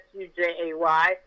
S-U-J-A-Y